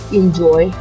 enjoy